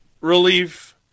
relief